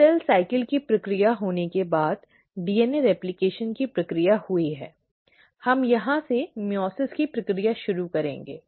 तो सेल चक्र की प्रक्रिया होने के बाद डीएनए प्रतिकृति की प्रक्रिया हुई है हम यहां से मइओसिस की प्रक्रिया शुरू करेंगे